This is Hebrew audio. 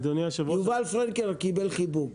יובל פרנקל קיבל חיבוק